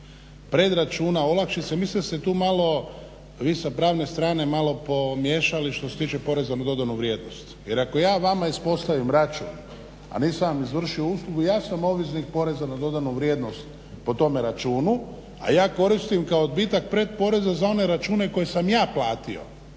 predračuna, olakšice mislim da ste tu malo vi sa pravne strane malo pomiješali što se tiče poreza na dodanu vrijednost. Jer ako ja vama ispostavim račun, a nisam izvršio uslugu ja sam obveznik poreza na dodanu vrijednost po tome računu, a ja koristim kao odbitak predporeza za one račune koje sam ja platio.